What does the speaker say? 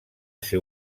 ser